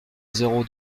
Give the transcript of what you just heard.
zéro